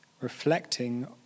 reflecting